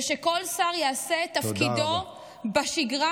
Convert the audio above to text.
ושכל שר יעשה את תפקידו בשגרה,